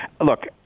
Look